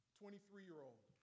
23-year-old